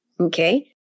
okay